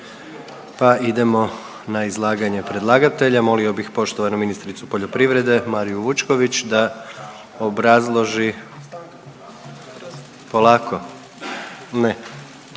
pa idemo na izlaganje predlagatelja. Molio bih poštovanu ministricu poljoprivrede Mariju Vučković da obrazloži. Polako, ne,